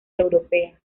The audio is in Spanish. europea